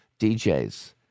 DJs